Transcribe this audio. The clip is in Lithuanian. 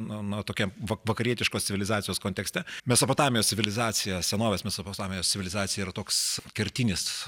nu nu tokiam vakarietiškos civilizacijos kontekste mesopotamijos civilizacija senovės mesopotamijos civilizacija yra toks kertinis